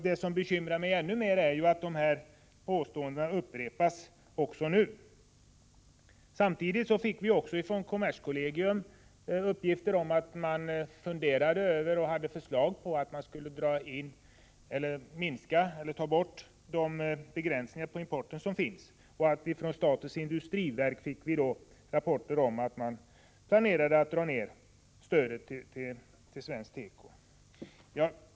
Vad som bekymrar mig ännu mer är att dessa påståenden nu upprepas. Samtidigt kom det uppgifter från kommerskollegium om att det fanns förslag om att minska eller ta bort begränsningarna av importen. Från statens industriverk kom rapporter om att man planerade att dra ner stödet till svensk teko.